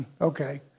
okay